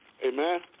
Amen